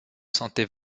sentait